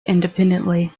independently